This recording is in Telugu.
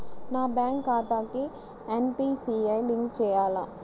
నా బ్యాంక్ ఖాతాకి ఎన్.పీ.సి.ఐ లింక్ చేయాలా?